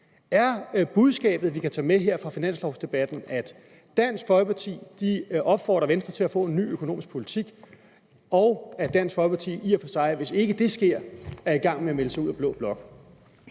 Er budskabet, vi kan tage med her fra finanslovdebatten, at Dansk Folkeparti opfordrer Venstre til at få en ny økonomisk politik, og at Dansk Folkeparti i og for sig – hvis ikke det sker – er i gang med at melde sig ud af blå blok?